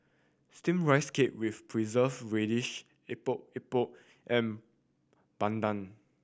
Steamed Rice Cake with Preserved Radish Epok Epok and bandung